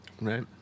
Right